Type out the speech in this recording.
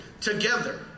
Together